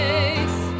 Face